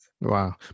Wow